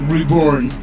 Reborn